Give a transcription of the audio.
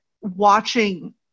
watching